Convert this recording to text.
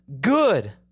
good